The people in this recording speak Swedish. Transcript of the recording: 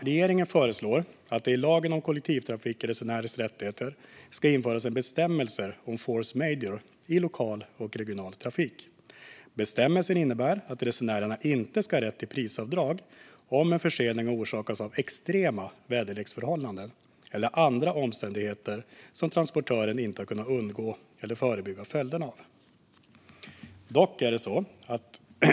Regeringen föreslår att det i lagen om kollektivtrafikresenärers rättigheter ska införas en bestämmelse om force majeure i lokal och regional trafik. Bestämmelsen innebär att resenärer inte ska ha rätt till prisavdrag om en försening har orsakats av extrema väderleksförhållanden eller andra omständigheter som transportören inte har kunnat undgå eller förebygga följderna av.